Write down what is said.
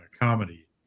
comedy